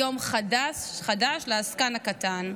יום חדש לעסקן הקטן.